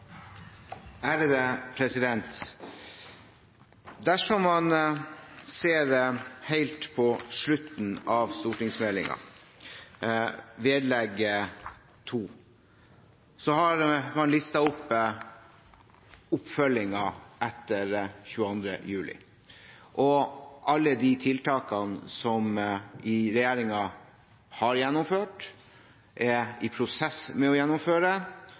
Arbeiderpartiet tror. Dersom man ser helt på slutten av stortingsmeldingen, vedlegg 2, har man listet opp oppfølgingen etter 22. juli – alle de tiltakene regjeringen har gjennomført, som den er i prosess med å gjennomføre,